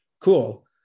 cool